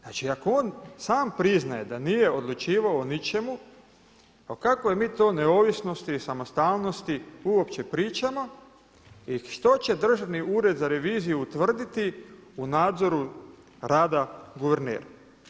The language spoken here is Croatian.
Znači on sam priznaje da nije odlučivao o ničemu o kakvoj mi to ne ovisnosti i samostalnosti uopće pričamo i što će Državni ured za reviziju utvrditi u nadzoru rada guvernera.